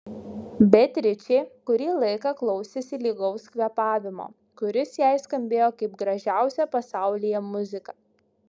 beatričė kurį laiką klausėsi lygaus kvėpavimo kuris jai skambėjo kaip gražiausia pasaulyje muzika